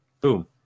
boom